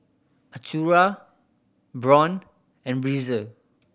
Acura Braun and Breezer